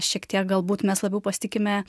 šiek tiek galbūt mes labiau pasitikime